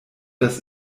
das